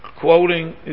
quoting